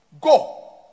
go